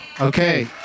Okay